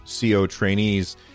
co-trainees